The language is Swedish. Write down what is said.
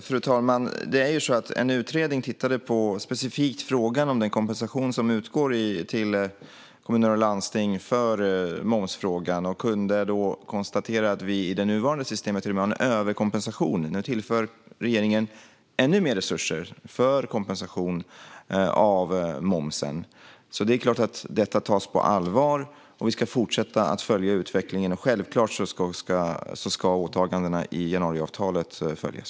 Fru talman! En utredning har specifikt tittat på frågan om den kompensation som utgår till kommuner och landsting för momsen. Den kunde då konstatera att vi i det nuvarande systemet till och med har en överkompensation. Nu tillför regeringen ännu mer resurser till kompensation för momsen. Det är klart att detta tas på allvar. Vi ska fortsätta att följa utvecklingen, och självklart ska åtagandena i januariavtalet följas.